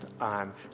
on